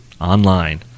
online